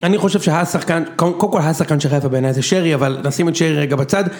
אני חושב שהשחקן, קודם כל השחקן של חיפה בעיניי זה שרי אבל נשים את שרי רגע בצד